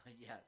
Yes